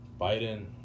Biden